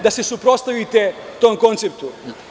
da se suprotstavite tom konceptu.